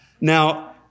Now